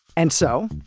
and so,